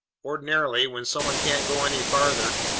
ordinarily, when someone can't go any farther,